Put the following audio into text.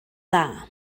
dda